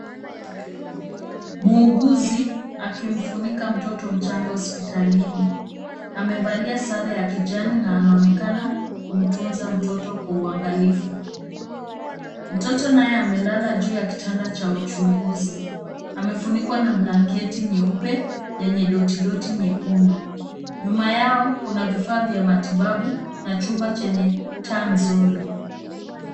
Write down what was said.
Muuguzi akimfunika mtoto mchanga hospitalini. Amevalia sare ya kijani na anaonekana kumtunza mtoto kwa uangalifu. Mtoto naye amelala juu ya kitanda cha uchunguzi. Amefunikwa na blanketi nyeupe yenye doti doti nyekundu. Nyuma yao kuna vifaa vya matibabu na chumba chenye taa nzuri.